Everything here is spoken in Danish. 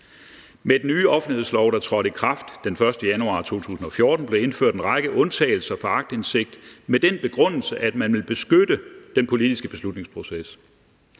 Med den nye offentlighedslov, der trådte i kraft den 1. januar 2014, blev der indført en række undtagelser for aktindsigt med den begrundelse, at man ville beskytte den politiske beslutningsproces.